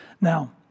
Now